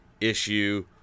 issue